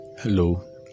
Hello